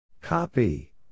Copy